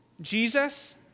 Jesus